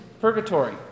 purgatory